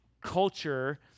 culture